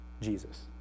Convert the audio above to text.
Jesus